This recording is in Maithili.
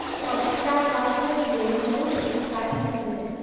पपीता स्वास्थ्यक लेल बहुत हितकारी फल छै